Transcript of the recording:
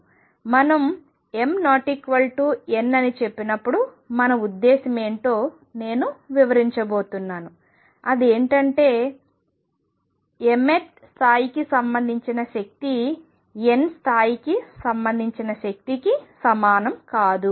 మనం m n అని చెప్పినప్పుడు మన ఉద్దేశం ఏమిటో నేను వివరించబోతున్నాను అది ఏమంటుంది అంటే mth స్థాయికి సంబంధించిన శక్తి nth స్థాయికి సంబంధించిన శక్తికి సమానం కాదు